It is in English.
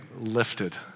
lifted